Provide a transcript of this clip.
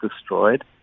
destroyed